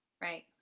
Right